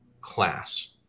class